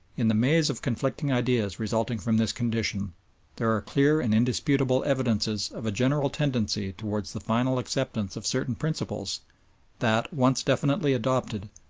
in the maze of conflicting ideas resulting from this condition there are clear and indisputable evidences of a general tendency towards the final acceptance of certain principles that, once definitely adopted,